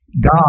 God